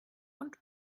und